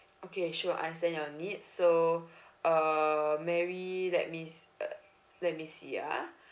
okay sure understand your needs so err mary let me s~ uh let me see ah